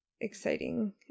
exciting